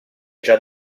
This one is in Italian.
già